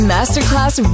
Masterclass